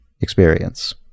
experience